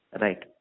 right